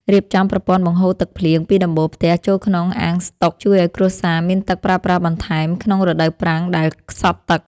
រៀបចំប្រព័ន្ធបង្ហូរទឹកភ្លៀងពីដំបូលផ្ទះចូលក្នុងអាងស្តុកជួយឱ្យគ្រួសារមានទឹកប្រើប្រាស់បន្ថែមក្នុងរដូវប្រាំងដែលខ្សត់ទឹក។